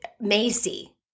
Macy